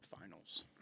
Finals